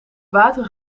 water